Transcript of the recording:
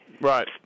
Right